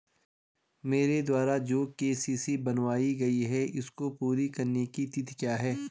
मेरे द्वारा जो के.सी.सी बनवायी गयी है इसको पूरी करने की तिथि क्या है?